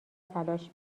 تلاش